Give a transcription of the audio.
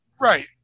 Right